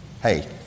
Hey